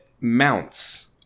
mounts